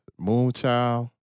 Moonchild